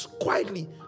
quietly